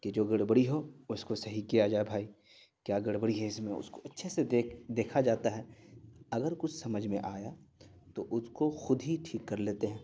کہ جو گڑبڑی ہو اس کو صحیح کیا جائے بھائی کیا گڑبڑی ہے اس میں اس کو اچھے سے دیکھا جاتا ہے اگر کچھ سمجھ میں آیا تو اس کو خود ہی ٹھیک کر لیتے ہیں